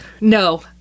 no